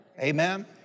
Amen